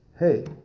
hey